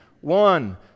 One